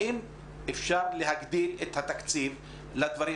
האם אפשר להגדיל את התקציב לדברים